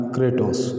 Kratos